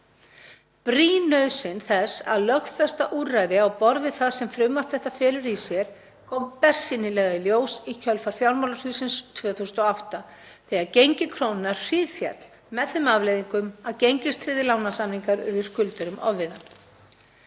Brýn nauðsyn þess að lögfesta úrræði á borð við það sem frumvarp þetta felur í sér kom bersýnilega í ljós í kjölfar fjármálahrunsins 2008 þegar gengi krónunnar hríðféll með þeim afleiðingum að gengistryggðir lánasamningar urðu skuldurum ofviða.